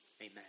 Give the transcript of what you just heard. Amen